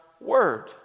word